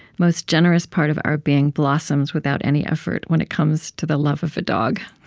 most generous part of our being blossoms without any effort when it comes to the love of a dog.